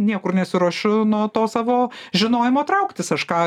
niekur nesiruošiu nuo to savo žinojimo trauktis aš ką